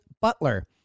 Butler